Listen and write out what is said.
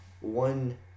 one